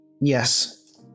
Yes